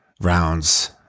rounds